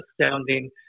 Astounding